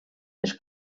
les